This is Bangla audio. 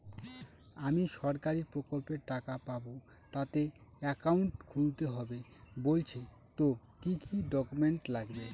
আমি সরকারি প্রকল্পের টাকা পাবো তাতে একাউন্ট খুলতে হবে বলছে তো কি কী ডকুমেন্ট লাগবে?